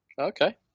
Okay